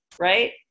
right